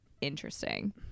interesting